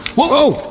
whoa!